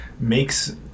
makes